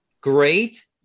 great